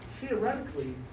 theoretically